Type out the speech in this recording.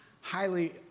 highly